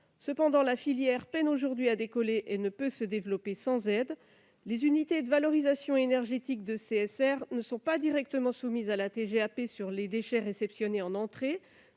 Cependant, la filière peine aujourd'hui à décoller et ne peut se développer sans aide. Les unités de valorisation énergétique de CSR ne sont pas directement soumises à la TGAP sur les déchets réceptionnés en entrée.